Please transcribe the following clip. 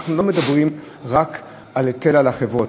אנחנו לא מדברים רק על היטל על החברות,